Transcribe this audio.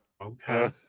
okay